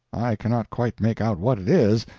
i cannot quite make out what it is.